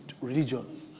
religion